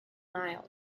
mild